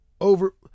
over